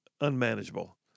unmanageable